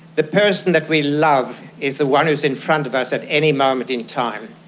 the person that we love is the one who is in front of us at any moment in time.